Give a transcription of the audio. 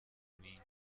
کنیم